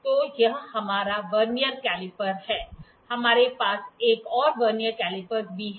तो यह हमारा वर्नियर कैलिपर है हमारे पास एक और वर्नियर कैलिपर भी है